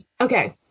Okay